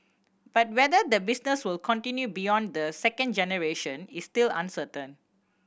but whether the business will continue beyond the second generation is still uncertain